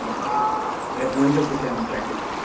okay అమ్మ రేపు నుంచి వచ్చేసేమ్మా ప్రాక్టీస్కి